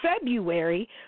February